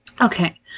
okay